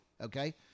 okay